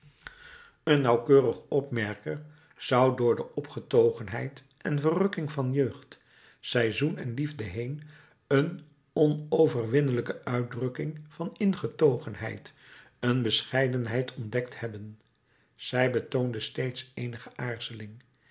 een nauwkeurig opmerker zou door de opgetogenheid en verrukking van jeugd seizoen en liefde heen een onverwinnelijke uitdrukking van ingetogenheid een bescheidenheid ontdekt hebben zij betoonde steeds eenige aarzeling